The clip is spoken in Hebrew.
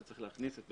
שצריך להכניס את